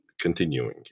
continuing